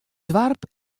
doarp